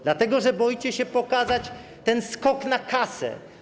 Dlatego, że boicie się pokazać ten skok na kasę.